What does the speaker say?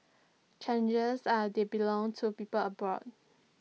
chances are they belong to people abroad